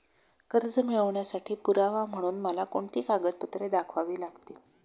कर्ज मिळवण्यासाठी पुरावा म्हणून मला कोणती कागदपत्रे दाखवावी लागतील?